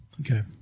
Okay